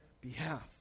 behalf